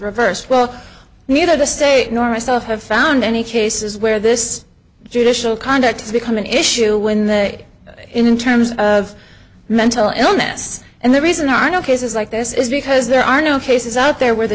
reversed well neither the state nor myself have found any cases where this judicial conduct has become an issue when that in terms of mental illness and the reason are no cases like this is because there are no cases out there where the